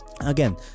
again